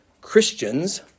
Christians